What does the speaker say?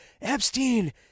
Epstein